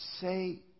say